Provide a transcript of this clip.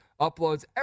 uploads